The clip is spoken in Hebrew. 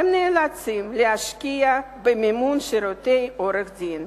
הם נאלצים להשקיע במימון שירותי עורך-דין.